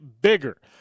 bigger